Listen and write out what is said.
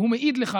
והוא מעיד לך,